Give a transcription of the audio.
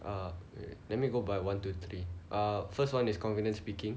err let me go by one to three err first one is confident speaking